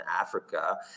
Africa